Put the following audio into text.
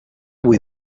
vull